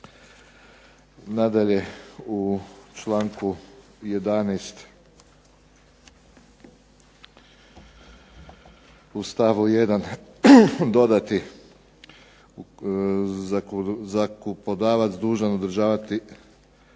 Nadalje, u članku 11. u stavu 1. dodati zakupodavac dužan održavati,